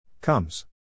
Comes